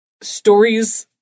stories